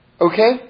Okay